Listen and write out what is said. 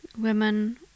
women